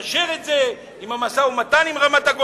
לקשר את זה עם המשא-ומתן על רמת-הגולן.